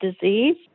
disease